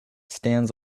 stands